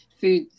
food